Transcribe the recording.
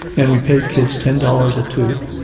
and we paid kids ten dollars a tooth,